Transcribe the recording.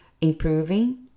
improving